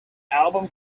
album